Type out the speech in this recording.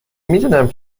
میدونم